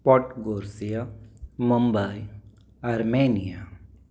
pot गोर्सिया Mumbai Armenia